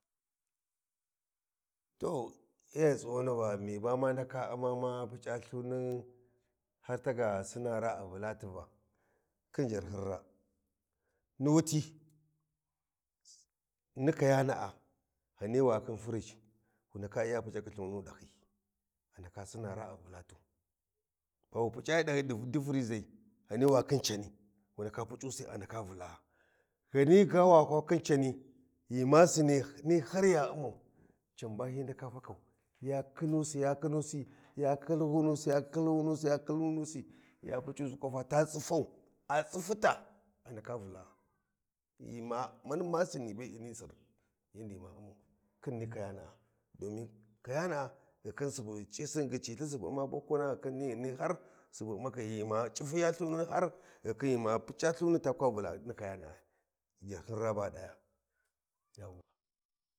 To ye tsighini Va mi ba ma ndaka Umma ma PuC’a khi lhuni ɗahyi a ndaka Sinna raa a Vulatu, ba wu Pucayi ɗi dip furiʒai ghan wa khin cani wi ndaka PuC’usi a ndaka Vula’a ghani ga wa kwa khin cani ghi ma Sinni ni har ya ummau can ba hyi ndaka fakau ya khinusi ya khinusi ya khilwuwuniusi ya khilwuwuniusi ya Puc’usi kwafa ta tsifau a tsifitita dusa Vula a ghi ma mani ma Sinni be ma ni Sir, Yandi ma Ummau khin ni kayana’a domin kayana’a khin Subu C’i lthin gyicilthi Subu umma bokoni ghi khin nighum ni har Subu ummakai ghi ma C’ifiya ihuni ta kwa Vula ni kayana’a jarhyin raa ba ghi ɗaya. Yawwa